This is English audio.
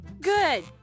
good